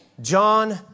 John